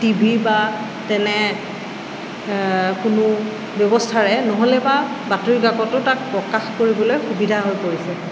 TV বা তেনে কোনো ব্যৱস্থাৰে নহ'লে বা বাতৰি কাকতো তাক প্ৰকাশ কৰিবলৈ সুবিধা হৈ পৰিছে